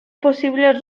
posibles